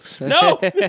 no